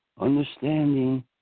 understanding